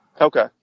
Okay